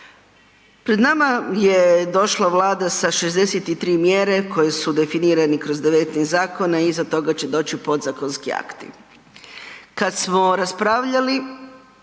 Pred nama je došla Vlada sa 63 mjere koje su definirani kroz 19 zakona i iza toga će doći podzakonski akti. Kada smo raspravljali